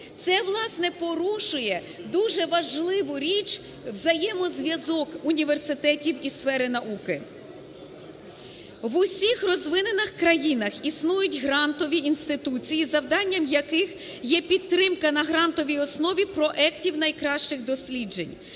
Це, власне, порушує дуже важливу річ: взаємозв'язок університетів і сфери науки. В усіх розвинених країнах існують грантові інституції, завданням яких є підтримка на грантовій основі проектів найкращих досліджень